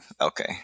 Okay